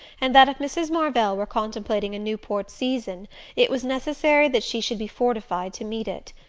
and that if mrs. marvell were contemplating a newport season it was necessary that she should be fortified to meet it.